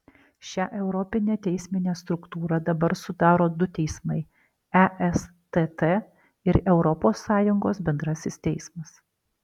šią europinę teisminę struktūrą dabar sudaro du teismai estt ir europos sąjungos bendrasis teismas